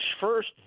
first